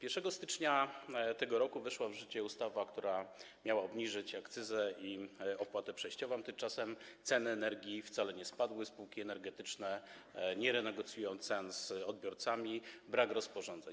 1 stycznia tego roku weszła w życie ustawa, która miała obniżyć akcyzę i opłatę przejściową, tymczasem ceny energii wcale nie spadły, spółki energetyczne nie renegocjują cen z odbiorcami, brak rozporządzeń.